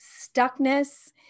Stuckness